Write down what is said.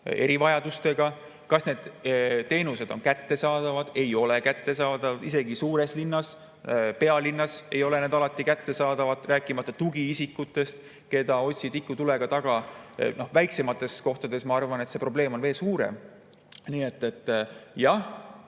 erivajadustega. Kas need teenused on kättesaadavad? Ei ole kättesaadavad, isegi suures linnas, pealinnas ei ole need alati kättesaadavad. Rääkimata tugiisikutest, keda otsi tikutulega taga. Väiksemates kohtades, ma arvan, on see probleem veel suurem. Nii et jah,